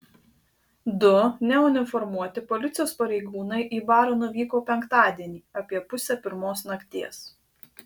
du neuniformuoti policijos pareigūnai į barą nuvyko penktadienį apie pusę pirmos nakties